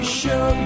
show